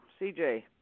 CJ